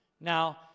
Now